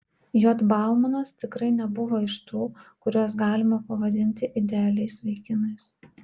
j baumanas tikrai nebuvo iš tų kuriuos galima pavadinti idealiais vaikinais